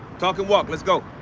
talk and walk let's go.